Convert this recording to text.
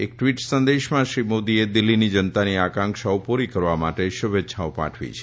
એક ટવીટ સંદેશમાં શ્રી મોદીએ દિલ્હીની જનતાની આકાંક્ષાઓ પુરી કરવા માટે શુભેચ્છાઓ પાઠવી છે